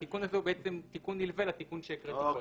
התיקון הזה הוא בעצם תיקון נלווה לתיקון שהקראתי בהתחלה.